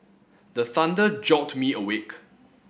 the thunder jolt me awake